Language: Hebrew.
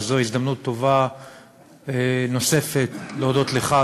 וזאת הזדמנות טובה נוספת להודות לך,